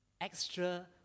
extra